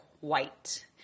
white